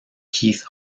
keith